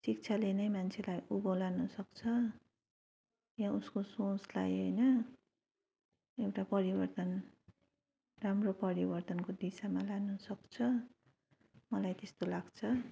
शिक्षाले नै मान्छेलाई उँभो लगाउन सक्छ या उसको सोचलाई होइन एउटा परिवर्तन राम्रो परिवर्तनको दिशामा लान सक्छ मलाई त्यस्तो लाग्छ